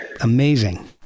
amazing